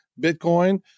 Bitcoin